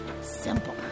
simple